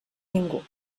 ningú